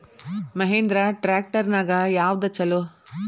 Mahindra tractor ನ್ಯಾಗ ಯಾವ್ದ ಛಲೋ?